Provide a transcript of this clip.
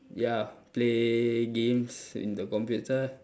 ya play games in the computer